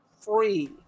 free